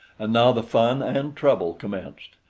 and now the fun and trouble commenced.